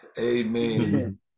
Amen